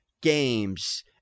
games